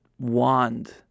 Wand